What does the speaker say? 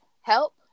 Help